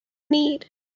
need